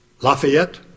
Lafayette